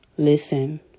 Listen